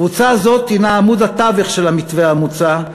קבוצה זאת היא עמוד התווך של המתווה המוצע,